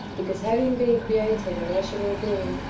because, having been created a rational being,